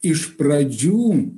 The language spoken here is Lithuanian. iš pradžių